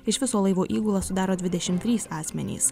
iš viso laivo įgulą sudaro dvidešim trys asmenys